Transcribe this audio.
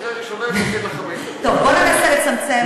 לא -- או שאני אמשיך לדבר או שנקרא לשר.